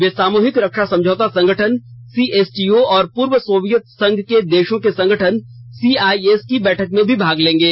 वे सामूहिक रक्षा समझौता संगठन सीएसटीओ और पूर्व सोवियत संघ के देशों के संगठन सीआईएस की बैठक में भी भाग लेंगे